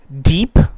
deep